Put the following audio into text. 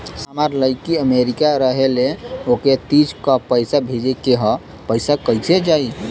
साहब हमार लईकी अमेरिका रहेले ओके तीज क पैसा भेजे के ह पैसा कईसे जाई?